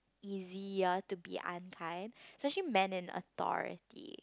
easier to be unkind especially man in authority